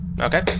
Okay